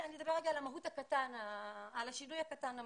אני אדבר על השינוי הקטן המהותי.